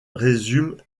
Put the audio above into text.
résume